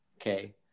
Okay